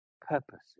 purposes